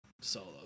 solo